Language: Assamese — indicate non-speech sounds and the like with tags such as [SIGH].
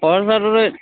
[UNINTELLIGIBLE]